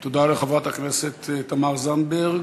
תודה לחברת הכנסת תמר זנדברג.